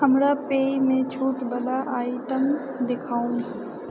हमरा पेय मे छूट बला आइटम देखाउ